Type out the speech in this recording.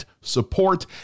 support